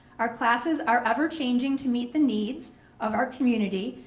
our classes are ever changing to meet the needs of our community.